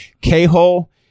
K-Hole